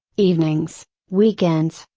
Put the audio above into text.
evenings, weekends,